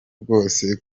bwose